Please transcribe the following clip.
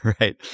right